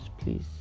please